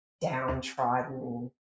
downtrodden